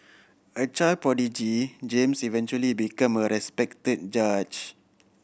a child prodigy James eventually become a respected judge